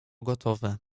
gotowe